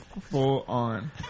full-on